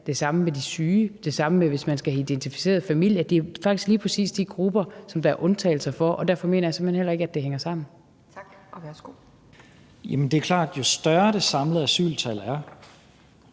det samme med de syge, og det samme hvis man skal have identificeret familier. Det er faktisk lige præcis de grupper, som der er undtagelser for, og derfor mener jeg simpelt hen heller ikke, at det hænger sammen. Kl. 17:49 Anden næstformand (Pia